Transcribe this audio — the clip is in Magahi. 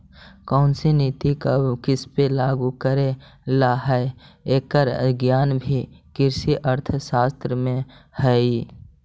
कौनसी नीति कब किसपे लागू करे ला हई, एकर ज्ञान भी कृषि अर्थशास्त्र में हई